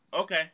Okay